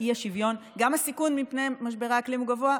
גם הסיכון מפני משברי אקלים הוא גבוה,